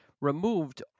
removed